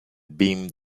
beam